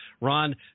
Ron